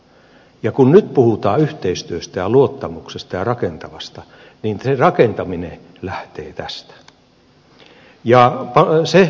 ja kun nyt puhutaan yhteistyöstä ja luottamuksesta ja rakentamisesta niin se rakentaminen lähtee tästä